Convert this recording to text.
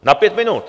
Na pět minut.